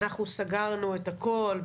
אנחנו סגרנו את הכול,